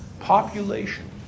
Population